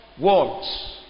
words